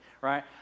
right